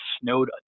snowed